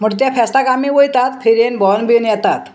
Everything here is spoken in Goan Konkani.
म्हण ते फेस्ताक आमी वयतात फेरेन भोंवन बीन येतात